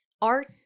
art